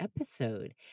episode